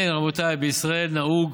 אין, רבותיי, בישראל נהוג